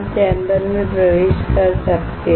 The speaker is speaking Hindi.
चैम्बर में प्रवेश कर सकते हैं